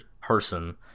person